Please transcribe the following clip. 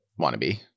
wannabe